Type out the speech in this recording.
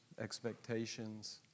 expectations